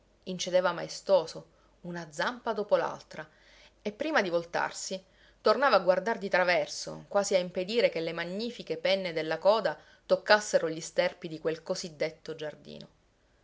incedeva maestoso una zampa dopo l'altra e prima di voltarsi tornava a guardar di traverso quasi a impedire che le magnifiche penne della coda toccassero gli sterpi di quel così detto giardino